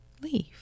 Leave